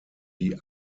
die